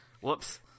whoops